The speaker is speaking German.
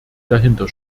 dahinter